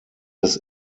des